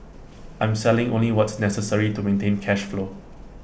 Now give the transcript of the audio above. I'm selling only what's necessary to maintain cash flow